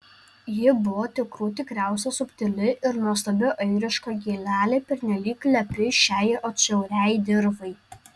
ji buvo tikrų tikriausia subtili ir nuostabi airiška gėlelė pernelyg lepi šiai atšiauriai dirvai